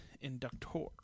Inductor